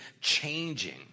changing